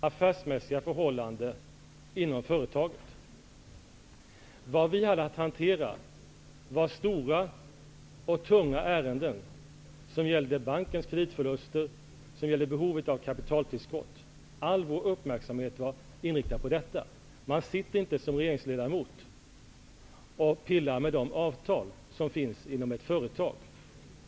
Herr talman! Jag försökte säga att det här rörde sig om affärsmässiga förhållanden inom företaget. Vi hade att hantera stora, tunga ärenden som gällde bankens kreditförluster och behovet av kapitaltillskott. All vår uppmärksamhet var inriktad på detta. Som regeringsledamot sitter man inte och pillar med de avtal som finns inom ett företag.